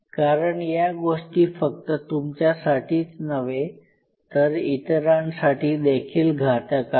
कारण या गोष्टी फक्त तुमच्यासाठीच नव्हे तर इतरांसाठी देखील घातक आहेत